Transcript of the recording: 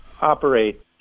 operate